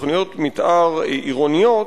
ותוכניות מיתאר עירוניות,